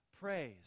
praise